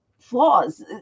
flaws